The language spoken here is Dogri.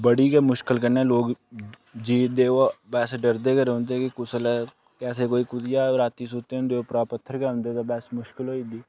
बड़ी गै मुशकल कन्नै लोक जीऽ दे ओह् बैसे डरदे गै रौह्ंदे कि कुसलै कैसे कोई कुदिया रातीं सुत्ते दे होंदे उप्परा पत्थर गै औंदे ते बस मुश्कल होई जंदी